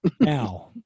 Now